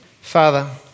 Father